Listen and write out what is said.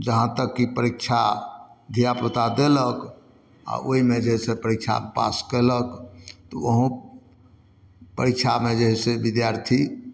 जहाँ तक कि परीक्षा धियापुता देलक आओर ओइमे जाहिसँ परीक्षा पास कयलक तऽ अहु परीक्षामे जे से विद्यार्थी